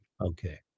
Okay